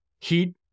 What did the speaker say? heat